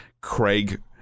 craig